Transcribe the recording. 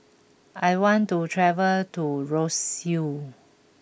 I want to travel to Roseau